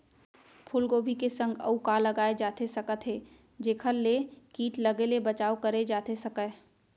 फूलगोभी के संग अऊ का लगाए जाथे सकत हे जेखर ले किट लगे ले बचाव करे जाथे सकय?